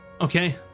Okay